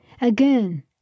Again